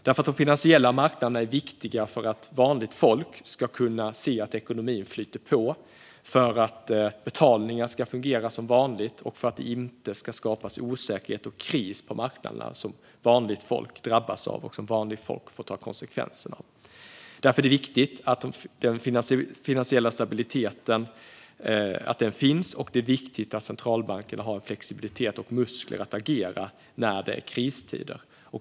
De finansiella marknaderna är viktiga för att vanligt folk ska kunna se att ekonomin flyter på, för att betalningar ska fungera som vanligt och för att det inte ska skapas osäkerhet och kris på marknaderna som vanligt folk drabbas av och får ta konsekvenserna av. Därför är det viktigt att den finansiella stabiliteten finns och att centralbankerna har flexibilitet och muskler att agera när det är kristider.